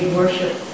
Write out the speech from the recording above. worship